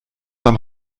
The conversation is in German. beim